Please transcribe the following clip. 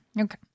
Okay